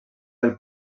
del